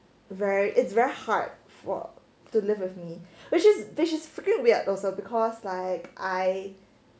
very it's very hard for to live with me which is just very freaking weird also because like I